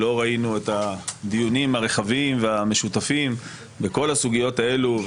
לא ראינו את הדיונים הרחבים והמשותפים בכל הסוגיות האלו,